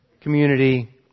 community